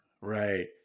Right